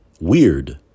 Weird